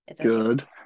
Good